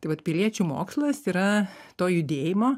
tai vat piliečių mokslas yra to judėjimo